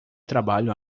trabalho